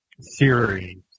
series